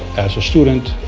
as a student,